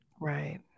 Right